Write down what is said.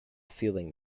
feeling